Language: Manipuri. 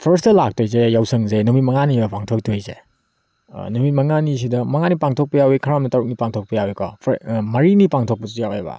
ꯐꯥꯔꯁꯇ ꯂꯥꯛꯇꯣꯏꯁꯦ ꯌꯥꯎꯁꯪꯁꯦ ꯅꯨꯃꯤꯠ ꯃꯉꯥꯅꯤꯅꯦ ꯄꯥꯡꯊꯣꯛꯇꯣꯏꯁꯦ ꯅꯨꯃꯤꯠ ꯃꯉꯥꯅꯤꯁꯤꯗ ꯃꯉꯥꯅꯤ ꯄꯥꯡꯊꯣꯛꯄ ꯌꯥꯎꯋꯤ ꯈꯔ ꯑꯃꯅ ꯇꯔꯨꯛꯅꯤ ꯄꯥꯡꯊꯣꯛꯄ ꯌꯥꯎꯋꯤꯀꯣ ꯃꯔꯤꯅꯤ ꯄꯥꯡꯊꯣꯛꯄꯁꯨ ꯌꯥꯎꯋꯦꯕ